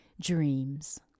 Dreams